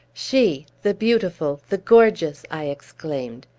she the beautiful the gorgeous! i exclaimed.